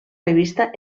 revista